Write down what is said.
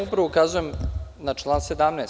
Upravo vam ukazujem na član 17.